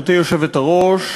גברתי היושבת-ראש,